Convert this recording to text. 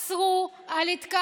הן אסרו התקהלויות.